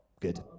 good